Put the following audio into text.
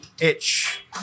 itch